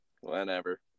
Whenever